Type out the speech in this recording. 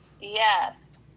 Yes